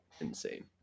insane